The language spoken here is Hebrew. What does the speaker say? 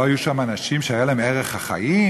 לא היו שם אנשים שהיה להם ערך החיים,